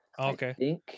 Okay